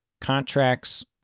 contracts